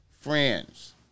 friends